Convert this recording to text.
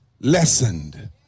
lessened